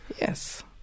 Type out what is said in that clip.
Yes